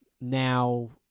now